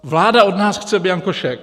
Vláda od nás chce bianko šek.